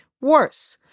Worse